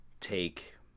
take